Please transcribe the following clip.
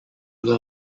law